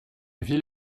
ville